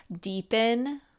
deepen